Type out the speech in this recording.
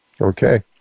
Okay